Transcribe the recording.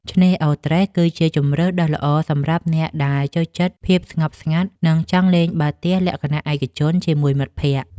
ឆ្នេរអូរត្រេះគឺជាជម្រើសដ៏ល្អសម្រាប់អ្នកដែលចូលចិត្តភាពស្ងប់ស្ងាត់ និងចង់លេងបាល់ទះលក្ខណៈឯកជនជាមួយមិត្តភក្តិ។